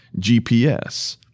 GPS